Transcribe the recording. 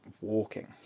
walking